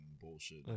bullshit